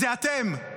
זה אתם,